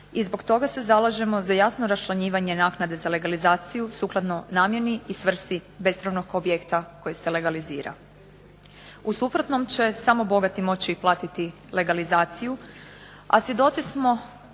i zbog toga se zalažemo za jasno raščlanjivanje naknade za legalizaciju sukladno namjeni i svrsi bespravnog objekta koji se legalizira. U suprotnom će samo bogati moći platiti legalizaciju, a svjedoci smo